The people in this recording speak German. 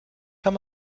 kann